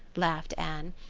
laughed anne.